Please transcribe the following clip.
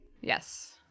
yes